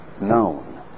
known